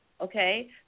okay